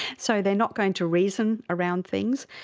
so they're not going to reason around things.